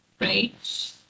right